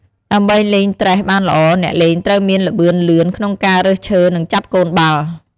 ដើម្បីលេងត្រេះបានល្អ អ្នកលេងត្រូវមានល្បឿនលឿនក្នុងការរើសឈើ និងចាប់កូនបាល់។